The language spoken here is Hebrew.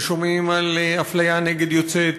ושומעים על אפליה נגד יוצאי אתיופיה,